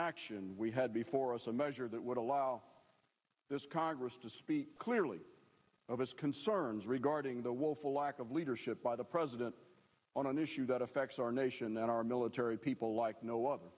action we had before us a measure that would allow this congress to speak clearly of its concerns regarding the woeful lack of leadership by the president on an issue that affects our nation and our military people like no